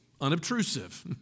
unobtrusive